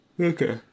Okay